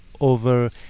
over